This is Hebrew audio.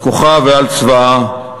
על כוחה ועל צבאה,